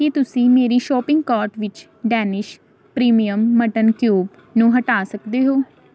ਕੀ ਤੁਸੀਂ ਮੇਰੇ shopping cart ਵਿੱਚ ਡੈਨਿਸ਼ ਪ੍ਰੀਮੀਅਮ ਮਟਨ ਕਿਊਬ ਨੂੰ ਹਟਾ ਸਕਦੇ ਹੋ